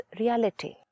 reality